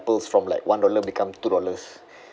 apples from like one dollar become two dollars